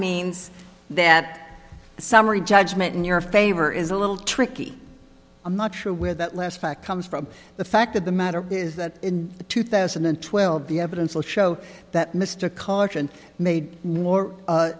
means that summary judgment in your favor is a little tricky i'm not sure where that last fact comes from the fact of the matter is that in the two thousand and twelve the evidence will show that mr carson made more